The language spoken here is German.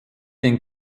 den